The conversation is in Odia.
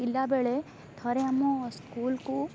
ପିଲା ବେଳେ ଥରେ ଆମ ସ୍କୁଲକୁ